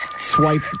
Swipe